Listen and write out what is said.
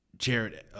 Jared